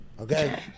Okay